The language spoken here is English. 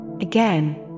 Again